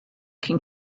can